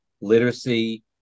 literacy